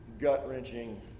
gut-wrenching